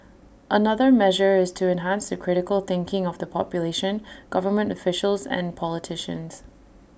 another measure is to enhance the critical thinking of the population government officials and politicians